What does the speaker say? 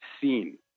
seen